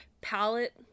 palette